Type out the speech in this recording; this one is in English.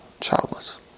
childless